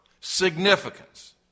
significance